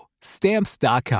Stamps.com